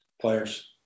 players